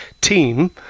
team